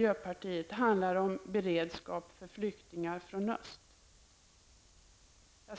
Jag